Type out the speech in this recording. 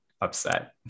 upset